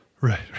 right